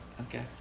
Okay